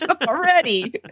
already